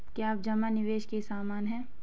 क्या जमा निवेश के समान है?